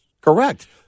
correct